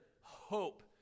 hope